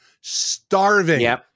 starving